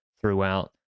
throughout